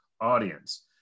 audience